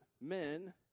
men